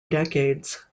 decades